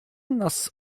nas